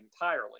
entirely